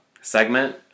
segment